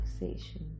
relaxation